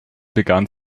begann